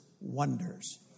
wonders